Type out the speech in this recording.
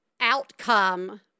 outcome